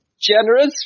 generous